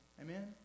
Amen